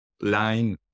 line